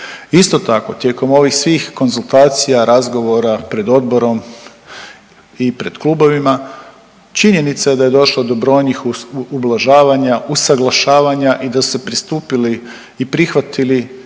Isto tako tijekom ovih svih konzultacija, razgovora pred Odborom i pred klubovima činjenica je da je došlo do brojnih ublažavanja, usuglašavanja i da se pristupili i prihvatili